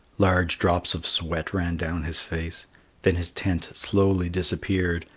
large drops of sweat ran down his face then his tent slowly disappeared,